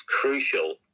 crucial